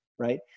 Right